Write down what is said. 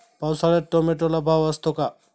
पावसाळ्यात टोमॅटोला भाव असतो का?